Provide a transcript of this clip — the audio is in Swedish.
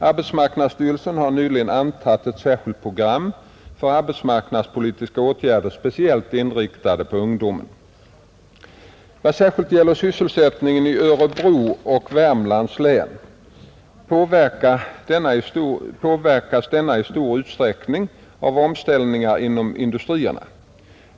Arbetsmarknadsstyrelsen har nyligen antagit ett särskilt program för arbetsmarknadspolitiska åtgärder speciellt inriktade på ungdomen. Vad särskilt gäller sysselsättningen i Örebro och Värmlands län påverkas denna i stor utsträckning av omställningarna inom industrierna.